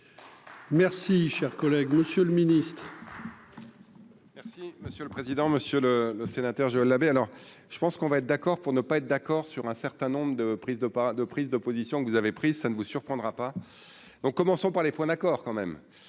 Merci, cher collègue, Monsieur le Ministre. Merci monsieur le président, Monsieur le Sénateur Joël Labbé, alors je pense qu'on va être d'accord pour ne pas être d'accord sur un certain nombre de prises de pas de prise de position que vous avez prise, ça ne vous surprendra pas, donc commençons par les points d'accord quand même